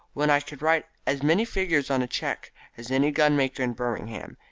when i could write as many figures on a cheque as any gunmaker in birmingham.